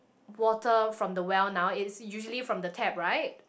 water from the well now it's usually from the tap right